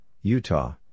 Utah